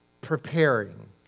preparing